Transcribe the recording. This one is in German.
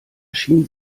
schien